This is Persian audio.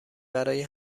برای